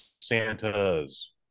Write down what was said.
Santas